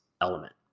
element